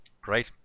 Great